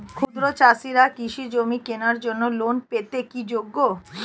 ক্ষুদ্র চাষিরা কৃষিজমি কেনার জন্য লোন পেতে কি যোগ্য?